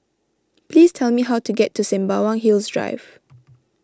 please tell me how to get to Sembawang Hills Drive